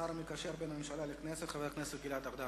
השר המקשר בין הממשלה לכנסת, חבר הכנסת גלעד ארדן.